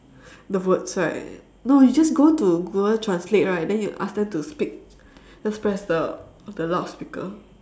the words right no you just go to google translate right then you ask them to speak just press the the loudspeaker